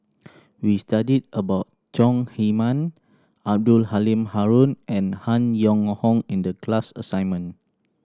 we studied about Chong Heman Abdul Halim Haron and Han Yong Hong in the class assignment